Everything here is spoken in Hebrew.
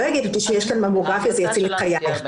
לא יגידו 'יש כאן ממוגרפיה זה יציל את חייך'.